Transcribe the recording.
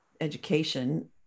education